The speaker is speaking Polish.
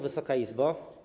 Wysoka Izbo!